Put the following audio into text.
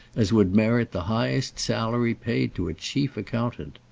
as would merit the highest salary paid to a chief accountant.